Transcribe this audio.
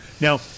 Now